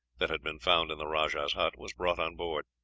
that had been found in the rajah's hut, was brought on board,